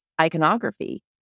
iconography